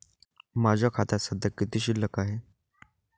माझ्या खात्यात सध्या किती शिल्लक आहे?